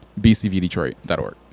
bcvdetroit.org